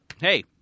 hey